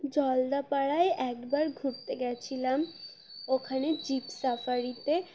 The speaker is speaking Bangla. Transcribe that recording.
জলদাপাড়ায় একবার ঘুরতে গেছিলাম ওখানে জিপ সাফারিতে